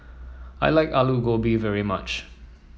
I like Alu Gobi very much